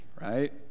right